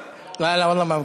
לא, לא התכוונתי.